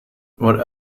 what